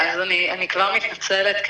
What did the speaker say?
אני מתנצלת,